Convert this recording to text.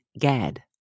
Gad